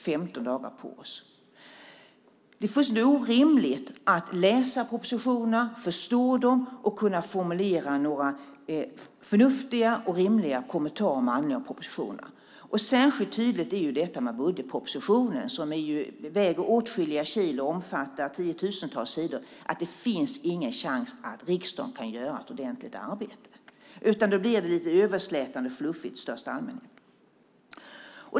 Det är fullständigt orimligt att läsa propositionerna, förstå dem och kunna formulera några förnuftiga och rimliga kommentarer med anledning av propositionerna. Särskilt tydligt är detta med budgetpropositionen, som väger åtskilliga kilo och omfattar tiotusentals sidor. Det finns ingen chans att riksdagen kan göra ett ordentligt arbete, utan det blir lite överslätande och fluffigt i största allmänhet.